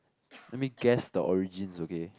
let me guess the origins okay